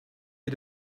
est